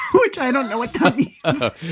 which i don't know what that ah